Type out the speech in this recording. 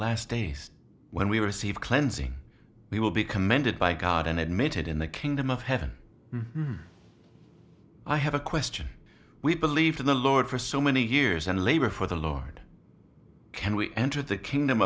last days when we receive cleansing we will be commended by god and admitted in the kingdom of heaven i have a question we believe to the lord for so many years and labor for the lord can we enter the kingdom